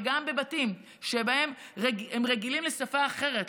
וגם בבתים שבהם רגילים לשפה אחרת,